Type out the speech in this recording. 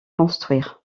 construire